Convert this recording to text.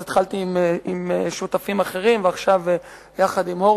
אז התחלתי עם שותפים אחרים ועכשיו עם הורוביץ,